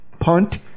punt